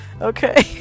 okay